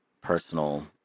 personal